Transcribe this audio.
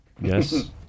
Yes